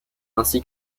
ainsi